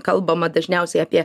kalbama dažniausiai apie